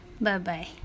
Bye-bye